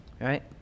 right